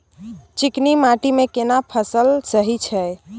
चिकनी माटी मे केना फसल सही छै?